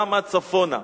למה צפונה.